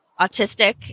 autistic